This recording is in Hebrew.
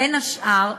בין השאר,